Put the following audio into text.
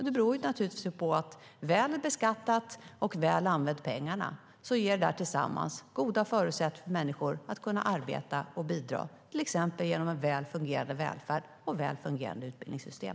Det beror på att bra beskattning och väl använda pengar tillsammans ger goda förutsättningar för människor att arbeta och bidra, till exempel genom en väl fungerande välfärd och väl fungerande utbildningssystem.